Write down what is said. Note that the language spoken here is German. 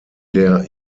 der